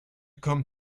come